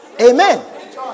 Amen